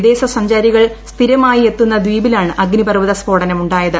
വിദേശ സഞ്ചാരികൾ സ്ഥിരമായി എത്തുന്ന ദ്വീപിലാണ് അഗ്നിപർവ്വത സ്ഫോടനമുണ്ടായത്